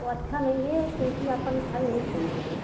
वह अच्छा नहीं है क्योंकि आपका मिठाई नहीं सही है